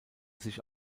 sich